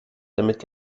damit